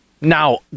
Now